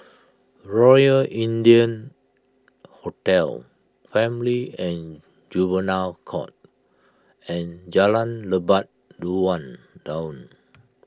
Royal India Hotel Family and Juvenile Court and Jalan Lebat Daun